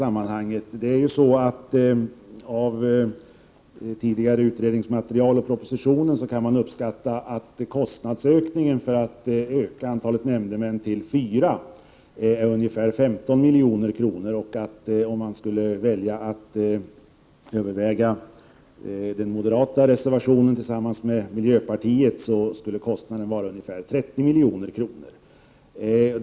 Av tidigare utredningsmaterial och av propositionen kan man uppskatta att kostnaden för att öka antalet nämndemän till fyra är ungefär 15 milj.kr. Om man skulle välja att bifalla den reservation moderaterna har tillsammans med miljöpartiet skulle kostnaden bli ungefär 30 milj.kr.